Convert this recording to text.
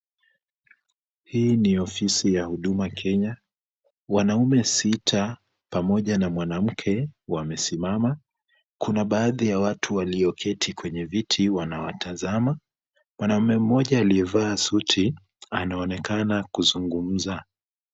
Hii ni ofisi ya huduma Kenya. Wanaume sita pamoja na mwanamke wamesimama. Kuna baadhi ya watu walioketi kwenye viti wanawatazama. Mwanamume mmoja aliyevaa suti anaonekana kuzungumza.